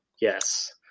Yes